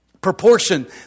proportion